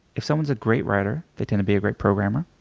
if someone's a great writer, they tend to be a great programmer,